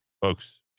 folks